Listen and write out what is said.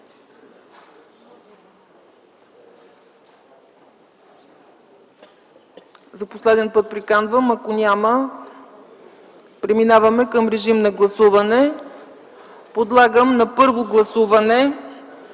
За последен път приканвам, ако няма, преминаваме към гласуване. Подлагам на първо гласуване